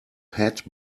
hat